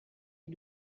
you